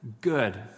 Good